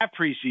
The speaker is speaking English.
preseason